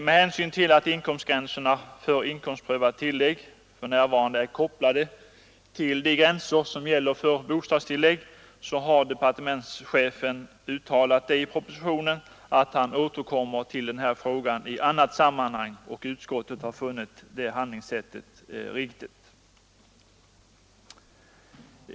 Med hänsyn till att inkomstgränserna för inkomstprövat tillägg för närvarande är kopplade till de gränser som gäller för bostadstillägg har departementschefen i propositionen uttalat att han återkommer till frågan i annat sammanhang. Utskottet har funnit det handlingssättet riktigt.